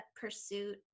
pursuit